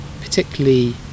particularly